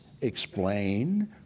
explain